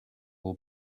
will